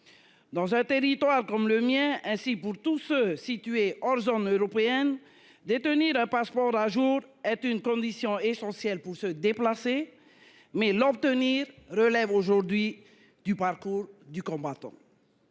Dans un territoire comme le mien. Ainsi, pour tous ceux situés hors zone européenne détenir un passeport à jour est une condition essentielle pour se déplacer. Mais l'obtenir relève aujourd'hui du parcours du combattant.